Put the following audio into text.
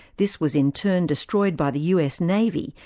this was in turn destroyed by the us navy,